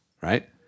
right